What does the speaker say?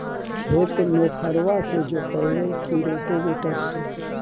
खेत नौफरबा से जोतइबै की रोटावेटर से?